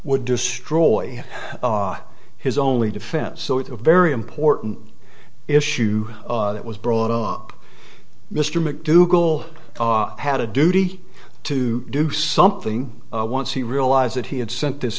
would destroy his only defense so it's a very important issue that was brought up mr mcdougal had a duty to do something once he realized that he had sent this